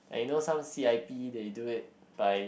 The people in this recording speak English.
I know some c_i_p they do it by